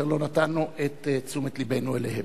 אשר לא נתנו את תשומת לבנו אליהם.